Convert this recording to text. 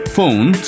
Phone